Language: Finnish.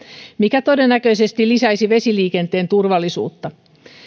mikä todennäköisesti lisäisi vesiliikenteen turvallisuutta